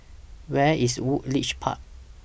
Where IS Woodleigh Park